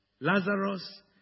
Lazarus